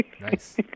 nice